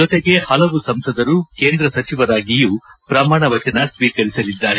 ಜೊತೆಗೆ ಹಲವು ಸಂಸದರು ಕೇಂದ್ರ ಸಚಿವರಾಗಿಯೂ ಪ್ರಮಾಣ ವಚನ ಸ್ವೀಕರಿಸಲಿದ್ದಾರೆ